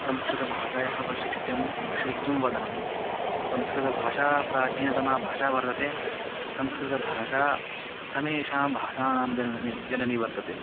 संस्कृतभाषायाः वैषिष्ट्यं विषये किं वदामि संस्कृतभाषा प्राचीनतमा भाषा वर्तते संस्कृतभाषा समेषां भाषाणां जननी जननी वर्तते